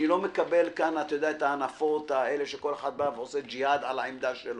אני לא מקבל כאן את ההנחות האלה שכל אחד בא ועושה ג'יהאד על העמדה שלו.